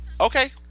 Okay